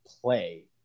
play